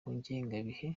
ngengabihe